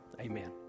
amen